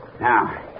Now